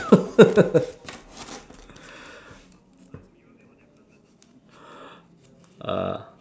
uh